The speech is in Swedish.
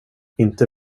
inte